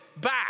back